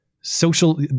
social